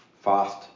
fast